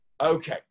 Okay